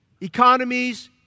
economies